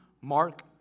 Mark